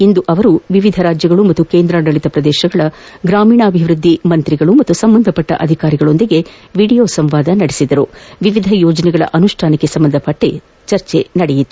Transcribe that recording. ಇಂದು ಅವರು ವಿವಿಧ ರಾಜ್ಯಗಳು ಹಾಗೂ ಕೇಂದ್ರಾಡಳಿತ ಪ್ರದೇಶಗಳ ಗ್ರಾಮೀಣಾಭಿವೃದ್ಧಿ ಸಚಿವರು ಹಾಗೂ ಸಂಬಂಧಪಟ್ಟ ಅಧಿಕಾರಿಗಳ ಜತೆ ವಿಡಿಯೋ ಸಂವಾದ ನಡೆಸಿ ವಿವಿಧ ಯೋಜನೆಗಳ ಅನುಷ್ಠಾನಕ್ಕೆ ಸಂಬಂಧಿಸಿದಂತೆ ಚರ್ಚಿಸಿದರು